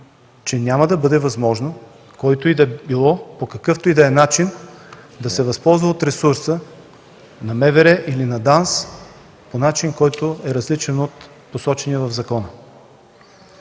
че няма да бъде възможно, който и да било, по какъвто и да е начин да се възползва от ресурса на МВР или на ДАНС по начин, който е различен от посочения в закона.